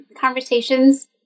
conversations